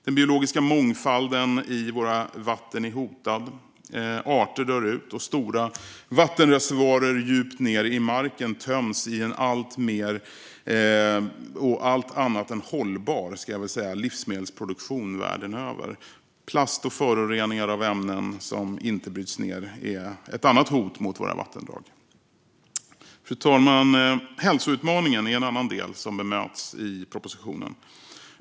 Den biologiska mångfalden i våra vatten är hotad, och arter dör ut. Stora vattenreservoarer djupt ned i marken töms i en allt annat än hållbar livsmedelsproduktion världen över. Plast och föroreningar av ämnen som inte bryts ned är ett annat hot mot våra vattendrag. Fru talman! Hälsoutmaningen är en annan del som bemöts i propositionen.